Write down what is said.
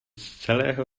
celého